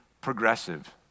progressive